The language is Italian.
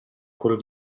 quello